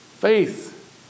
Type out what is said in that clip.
Faith